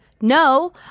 No